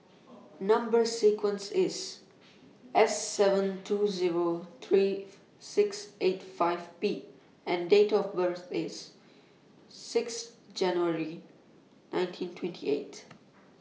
Number sequence IS S seven two Zero three six eight five Band Date of birth IS six January nineteen twenty eight